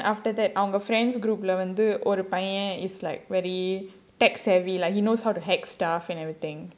ya then after that அவங்க:avanga friends' group வந்து ஒரு பையன்:vandhu oru paiyan is like very tech savvy lah he knows how to hack stuff and everything